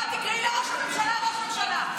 ואת תקראי לראש הממשלה "ראש ממשלה".